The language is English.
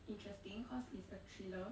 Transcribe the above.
interesting cause it's a thriller